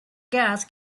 gas